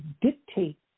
dictate